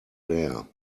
bare